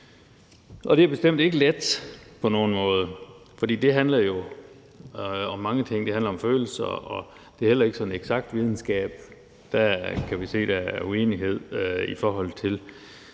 Og det er bestemt ikke let på nogen måde, for det handler jo om mange ting, det handler om følelser, og det er heller ikke sådan en eksakt videnskab. Der kan vi også se, at der er uenighed, i forhold til